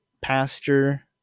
pastor